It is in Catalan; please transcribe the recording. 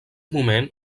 moment